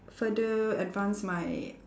further advance my